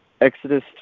Exodus